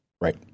Right